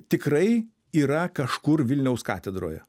tikrai yra kažkur vilniaus katedroje